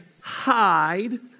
hide